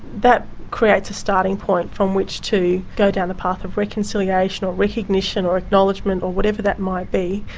that creates a starting point from which to go down a path of reconciliation or recognition or acknowledgement or whatever that might be,